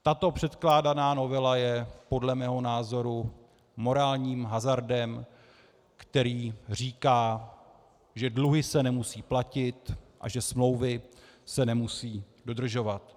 Tato předkládaná novela je podle mého názoru morálním hazardem, který říká, že dluhy se nemusí platit a že smlouvy se nemusí dodržovat.